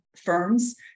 firms